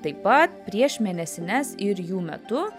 taip pat prieš mėnesines ir jų metu